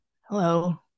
hello